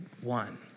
one